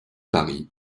paris